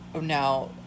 now